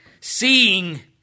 seeing